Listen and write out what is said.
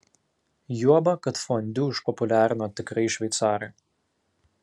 juoba kad fondiu išpopuliarino tikrai šveicarai